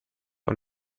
und